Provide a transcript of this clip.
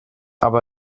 aber